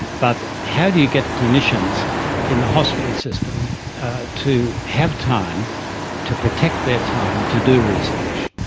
but how do you get clinicians in the hospital system to have time to protect their time to do research.